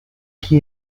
qui